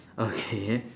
okay